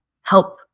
help